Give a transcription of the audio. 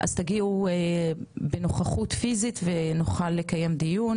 אז תגיעו בנוכחות פיזית ונוכל לקיים דיון